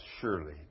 surely